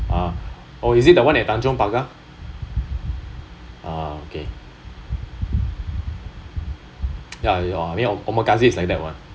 ah oh is it that one at tanjong-pagar ah okay ya I mean omakase is like that [one]